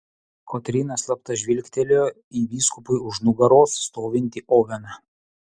kotryna slapta žvilgtelėjo į vyskupui už nugaros stovintį oveną